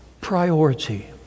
priority